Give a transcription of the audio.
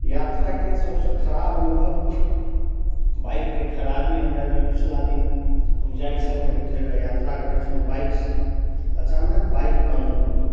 यात्राके सभसँ खराब अनुभव बाइकके खराबी हमरा जेना पिछला दिन हम जाइ छलहुँ एक जगह यात्रा करै छलहुँ बाइक सऽ अचानक बाइक बन्द भऽ गेल